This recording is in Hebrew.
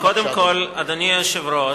קודם כול, אדוני היושב-ראש,